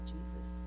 Jesus